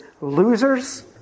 losers